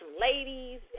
ladies